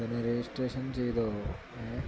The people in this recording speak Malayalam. അതിന് രജിസ്ട്രേഷൻ ചെയ്തോ ഏ